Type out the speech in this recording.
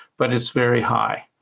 but it's very high.